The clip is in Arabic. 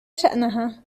شأنها